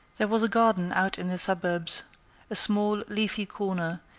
there was a garden out in the suburbs a small, leafy corner,